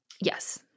yes